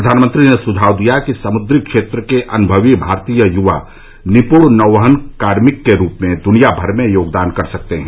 प्रधानमंत्री ने सुझाव दिया कि समुद्री क्षेत्र के अन्भवी भारतीय युवा निप्ण नौवहन कार्मिक के रूप में दुनियानर में योगदान कर सकते हैं